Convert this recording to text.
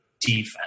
defense